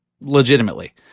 legitimately